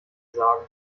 sagen